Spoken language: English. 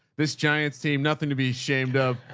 this giant team, nothing to be ashamed of.